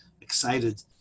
excited